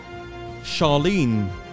Charlene